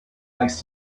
likes